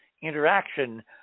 interaction